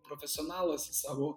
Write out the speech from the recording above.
profesionalas savo